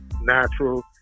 natural